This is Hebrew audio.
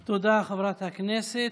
תודה, חברת הכנסת.